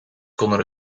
konden